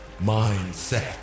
mindset